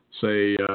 say